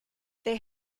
they